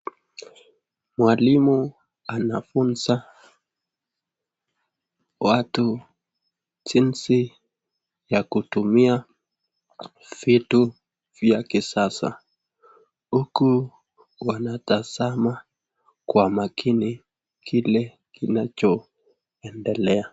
Mwalimu anafunza watu jinsi ya kutumia vitu vya kisasa, huku wanatazama kwa makini kitu kinachoendelea.